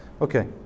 okay